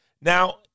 Now